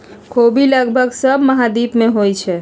ख़ोबि लगभग सभ महाद्वीप में होइ छइ